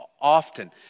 Often